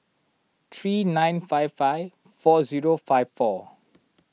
three nine five five four zero five four